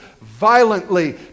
violently